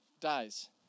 dies